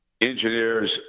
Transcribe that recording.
engineers